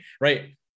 right